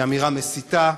היא אמירה מסיתה,